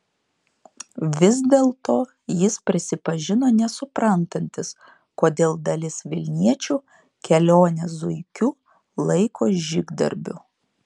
vis dėlto jis prisipažino nesuprantantis kodėl dalis vilniečių kelionę zuikiu laiko žygdarbiu